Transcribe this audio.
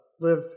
live